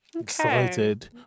Excited